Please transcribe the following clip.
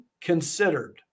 considered